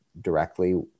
directly